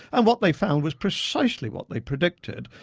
and what they found was precisely what they predicted,